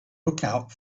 lookout